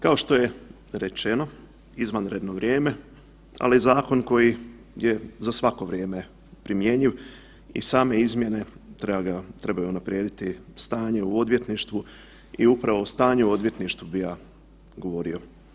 Kao što je rečeno izvanredno vrijeme, ali zakon koji je za svako vrijeme primjenjiv i same izmjene trebaju unaprijediti stanje u odvjetništvu i upravo o stanje u odvjetništvu bi ja govorio.